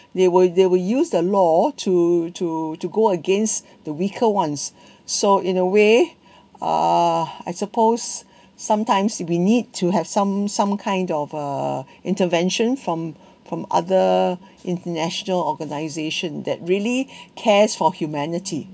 they will they will use the law to to to go against the weaker ones so in a way uh I suppose sometimes we need to have some some kind of uh intervention from from other international organization that really cares for humanity